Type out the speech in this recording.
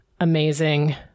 amazing